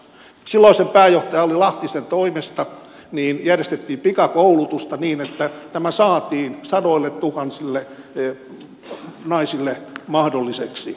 silloisen pääjohtaja alli lahtisen toimesta järjestettiin pikakoulutusta niin että tämä saatiin sadoilletuhansille naisille mahdolliseksi